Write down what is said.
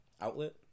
outlet